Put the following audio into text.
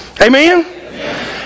Amen